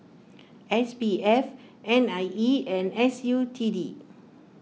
S P F N I E and S U T D